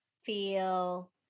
feel